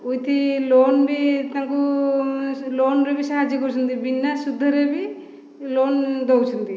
with loan ବି ତାଙ୍କୁ ଲୋନ୍ରେ ବି ସାହାଯ୍ୟ କରୁଛନ୍ତି ବିନା ସୁଧରେ ବି ଲୋନ୍ ଦଉଛନ୍ତି